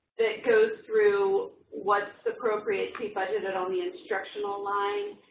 that goes through what's appropriate to be budgeted on the instructional line.